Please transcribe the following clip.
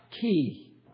key